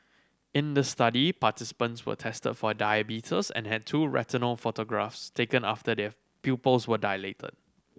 in the study participants were tested for diabetes and had two retinal photographs taken after their pupils were dilated